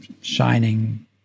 shining